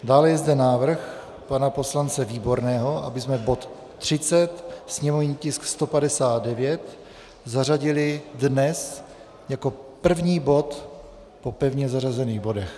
Dále je zde návrh pana poslance Výborného, abychom bod 30, sněmovní tisk 159, zařadili dnes jako první bod po pevně zařazených bodech.